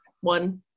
one